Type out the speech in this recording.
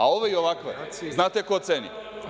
A ove i ovakve, znate ko ceni?